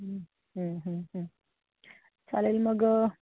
चालेल मग